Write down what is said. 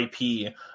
IP